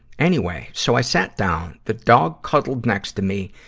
anyway, so i sat down. the dog cuddled next to me,